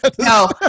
No